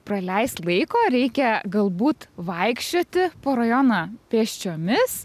praleist laiko reikia galbūt vaikščioti po rajoną pėsčiomis